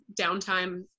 downtime